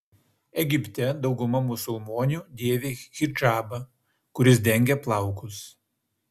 egipte dauguma musulmonių dėvi hidžabą kuris dengia plaukus